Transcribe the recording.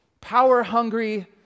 power-hungry